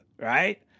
Right